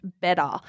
better